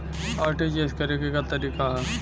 RTGS करे के तरीका का हैं?